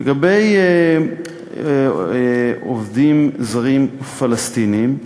לגבי עובדים זרים פלסטינים,